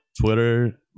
Twitter